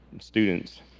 students